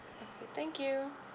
okay thank you